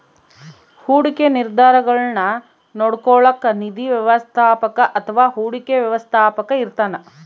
ಹೂಡಿಕೆ ನಿರ್ಧಾರಗುಳ್ನ ನೋಡ್ಕೋಳೋಕ್ಕ ನಿಧಿ ವ್ಯವಸ್ಥಾಪಕ ಅಥವಾ ಹೂಡಿಕೆ ವ್ಯವಸ್ಥಾಪಕ ಇರ್ತಾನ